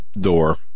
door